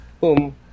boom